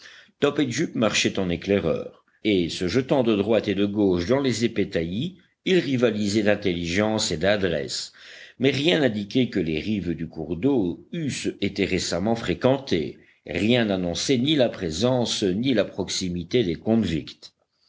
top et jup marchaient en éclaireurs et se jetant de droite et de gauche dans les épais taillis ils rivalisaient d'intelligence et d'adresse mais rien n'indiquait que les rives du cours d'eau eussent été récemment fréquentées rien n'annonçait ni la présence ni la proximité des